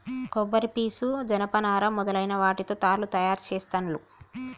కొబ్బరి పీసు జనప నారా మొదలైన వాటితో తాళ్లు తయారు చేస్తాండ్లు